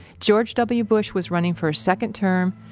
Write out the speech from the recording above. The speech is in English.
george w. bush was running for his second term.